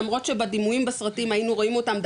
למרות שבדימויים בסרטים היינו רואים אותם,